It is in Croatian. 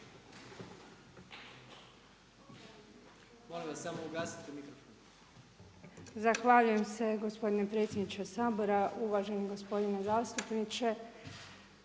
Zahvaljujem se gospodine predsjedniče Sabora, uvaženi gospodine zastupniče.